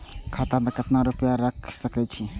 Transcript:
खाता में केतना रूपया रैख सके छी?